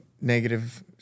negative